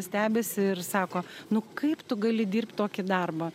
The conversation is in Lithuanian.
stebisi ir sako nu kaip tu gali dirbt tokį darbą